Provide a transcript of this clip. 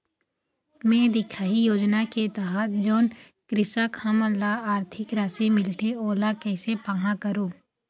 मैं दिखाही योजना के तहत जोन कृषक हमन ला आरथिक राशि मिलथे ओला कैसे पाहां करूं?